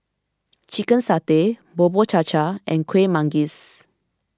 Chicken Satay Bubur Cha Cha and Kuih Manggis